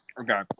Okay